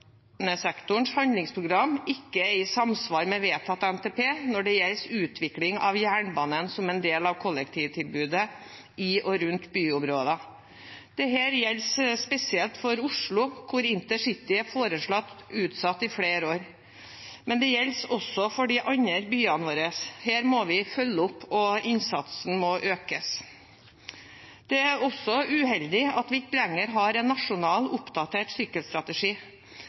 jernbanesektorens handlingsprogram ikke er i samsvar med vedtatt NTP når det gjelder utvikling av jernbanen som en del av kollektivtilbudet i og rundt byområder. Dette gjelder spesielt for Oslo, der InterCity er foreslått utsatt i flere år, men det gjelder også for de andre byene våre. Her må vi følge opp, og innsatsen må økes. Det er også uheldig at vi ikke lenger har en nasjonal, oppdatert